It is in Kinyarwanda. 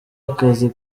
akazi